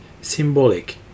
symbolic